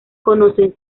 conocen